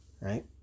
right